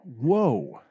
Whoa